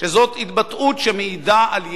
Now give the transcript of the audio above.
שזאת התבטאות שמעידה על יהירות,